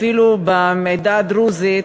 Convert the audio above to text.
אפילו בעדה הדרוזית,